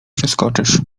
przeskoczysz